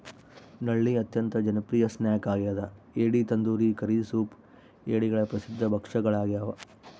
ನಳ್ಳಿ ಅತ್ಯಂತ ಜನಪ್ರಿಯ ಸ್ನ್ಯಾಕ್ ಆಗ್ಯದ ಏಡಿ ತಂದೂರಿ ಕರಿ ಸೂಪ್ ಏಡಿಗಳ ಪ್ರಸಿದ್ಧ ಭಕ್ಷ್ಯಗಳಾಗ್ಯವ